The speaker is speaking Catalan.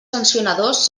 sancionadors